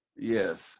Yes